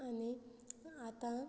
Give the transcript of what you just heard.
आनी आतां